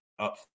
up